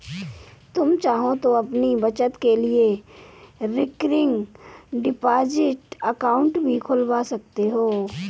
तुम चाहो तो अपनी बचत के लिए रिकरिंग डिपॉजिट अकाउंट भी खुलवा सकते हो